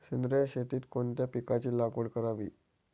सेंद्रिय शेतीत कोणत्या पिकाची लागवड करावी?